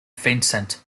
vincent